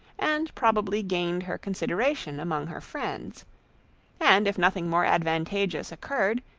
and probably gained her consideration among her friends and, if nothing more advantageous occurred,